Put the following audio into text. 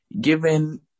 given